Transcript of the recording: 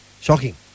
Shocking